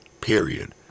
period